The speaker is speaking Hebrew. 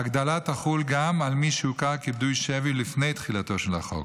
ההגדלה תחול גם על מי שהוכר כפדוי שבי לפני תחילתו של החוק,